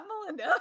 Melinda